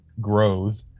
grows